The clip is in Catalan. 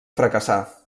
fracassar